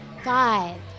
Five